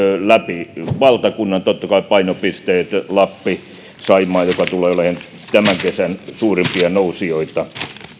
läpi valtakunnan totta kai painopisteet lappi ja saimaa joka tulee olemaan tämän kesän suurimpia nousijoita